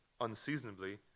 unseasonably